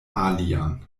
alian